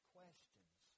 questions